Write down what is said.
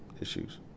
issues